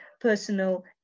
personal